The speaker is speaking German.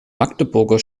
magdeburger